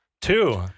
Two